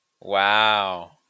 Wow